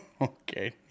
Okay